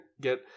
get